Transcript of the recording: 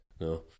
no